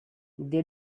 they